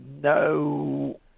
no